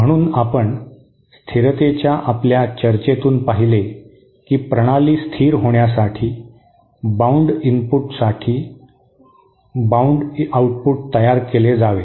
म्हणून आपण स्थिरतेच्या आपल्या चर्चेतून पाहिले की प्रणाली स्थिर होण्यासाठी बाउंड इनपुटसाठी बाउंड आउटपुट तयार केले जावे